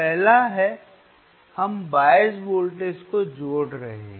पहला है हम बायस वोल्टेज को जोड़ रहे हैं